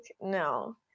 no